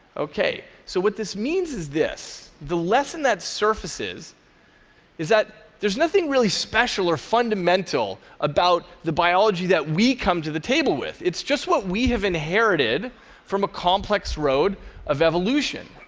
okay. so what this means is this the lesson that surfaces is that there's nothing really special or fundamental about the biology that we come to the table with. it's just what we have inherited from a complex road of evolution.